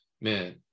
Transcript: man